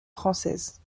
française